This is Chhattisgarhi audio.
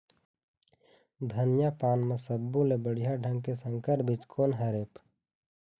धनिया पान म सब्बो ले बढ़िया ढंग के संकर बीज कोन हर ऐप?